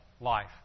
life